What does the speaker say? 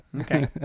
okay